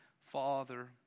Father